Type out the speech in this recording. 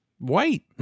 white